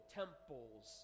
temples